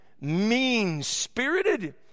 mean-spirited